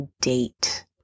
date